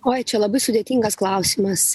oi čia labai sudėtingas klausimas